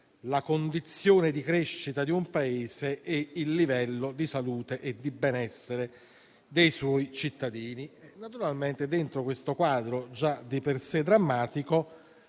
la condizione di crescita di un Paese e il livello di salute e di benessere dei suoi cittadini. Dentro questo quadro, già di per sé drammatico,